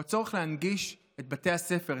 הוא הצורך להנגיש את בתי הספר,